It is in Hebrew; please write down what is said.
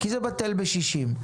כי זה בטל בשישים.